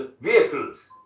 vehicles